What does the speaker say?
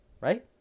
right